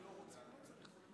56